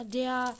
der